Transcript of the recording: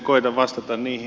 koetan vastata niihin